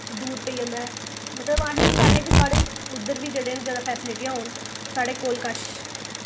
दूर पेई जंदा ऐ मतलब अस एह् चाह्न्ने आं कि साढ़े उद्धर बी जेह्ड़े न जैदा फैसिलिटियां होन साढ़े कोल कश